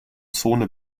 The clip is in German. zone